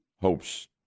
hopes